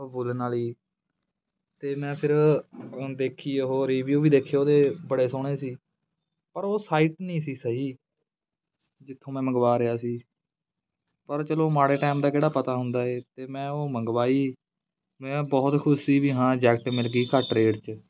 ਉਹ ਵੂਲਨ ਵਾਲੀ ਅਤੇ ਮੈਂ ਫਿਰ ਉਹ ਦੇਖੀ ਉਹ ਰਿਵਿਊ ਵੀ ਦੇਖੇ ਉਹਦੇ ਬੜੇ ਸੋਹਣੇ ਸੀ ਪਰ ਉਹ ਸਾਈਟ ਨਹੀਂ ਸੀ ਸਹੀ ਜਿੱਥੋਂ ਮੈਂ ਮੰਗਵਾ ਰਿਹਾ ਸੀ ਪਰ ਚਲੋ ਮਾੜੇ ਟਾਈਮ ਦਾ ਕਿਹੜਾ ਪਤਾ ਹੁੰਦਾ ਏ ਅਤੇ ਮੈਂ ਉਹ ਮੰਗਵਾਈ ਮੈਂ ਬਹੁਤ ਖੁਸ਼ ਸੀ ਵੀ ਹਾਂ ਜੈਕਿਟ ਮਿਲ ਗਈ ਘੱਟ ਰੇਟ 'ਚ